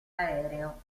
aereo